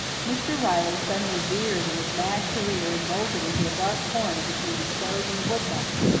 mr. riley suddenly veered in his mad career and bolted into a dark corner between the stove and the wood-box,